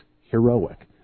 heroic